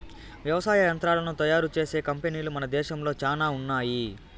వ్యవసాయ యంత్రాలను తయారు చేసే కంపెనీలు మన దేశంలో చానా ఉన్నాయి